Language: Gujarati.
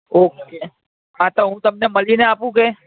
ઓકે હા તો હું તમને મળીને આપું કે